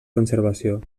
conservació